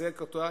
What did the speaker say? לחזק אותה,